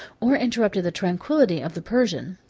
or interrupted the tranquillity, of the persian.